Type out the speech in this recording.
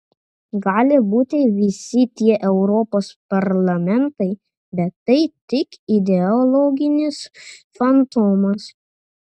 gali būti visi tie europos parlamentai bet tai tik ideologinis fantomas